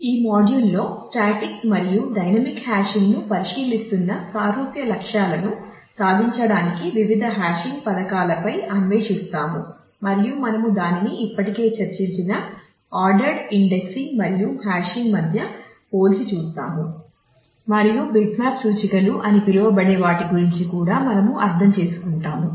ఈ మాడ్యూల్ అని పిలువబడే వాటి గురించి కూడా మనము అర్థం చేసుకుంటాము